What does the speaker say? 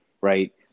right